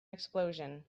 explosion